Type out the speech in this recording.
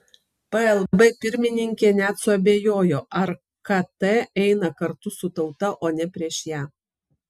plb pirmininkė net suabejojo ar kt eina kartu su tauta o ne prieš ją